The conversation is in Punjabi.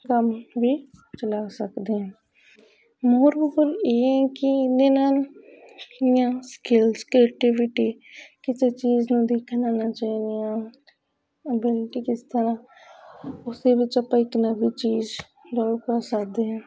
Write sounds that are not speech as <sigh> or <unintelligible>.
ਕੰਮ ਵੀ ਚਲਾ ਸਕਦੇ ਹਾਂ ਮੋਰਓਵਰ ਇਹ ਹੈ ਕਿ ਇਹਦੇ ਨਾਲ ਜਿਹੜੀਆਂ ਸਕਿੱਲਸ ਐਕਟੀਵਿਟੀ ਕਿਸੇ ਚੀਜ਼ ਨੂੰ ਦੇਖਣ ਆਉਣਾ ਚਾਹੀਦੀਆਂ ਬਲਕਿ ਕਿਸ ਤਰ੍ਹਾਂ ਉਸਦੇ ਵਿੱਚ ਆਪਾਂ ਇੱਕ ਨਵੀਂ ਚੀਜ਼ <unintelligible> ਭਰ ਸਕਦੇ ਹਾਂ